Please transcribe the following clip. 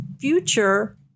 future